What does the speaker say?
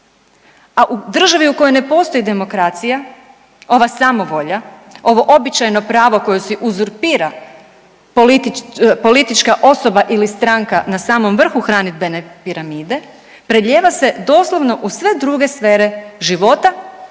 a u državi u kojoj ne postoji demokracija ova samovolja, ovo običajno pravo koje si uzurpira politička osoba ili stranka na samom vrhu hranidbene piramide prelijeva se doslovno u sve druge sfere života